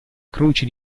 croce